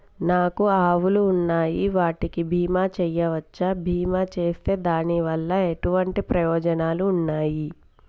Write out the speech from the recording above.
నాకు ఆవులు ఉన్నాయి వాటికి బీమా చెయ్యవచ్చా? బీమా చేస్తే దాని వల్ల ఎటువంటి ప్రయోజనాలు ఉన్నాయి?